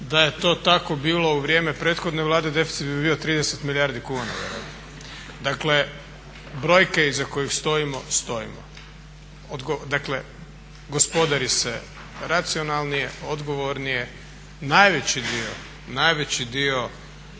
Da je to tako bilo u vrijeme prethodne Vlade deficit bi bio 30 milijardi kuna. Dakle, brojke iza kojih stojimo stojimo. Dakle, gospodari se racionalnije, odgovornije. Najveći dio, najveći dio